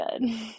good